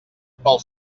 pel